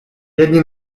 jedni